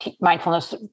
mindfulness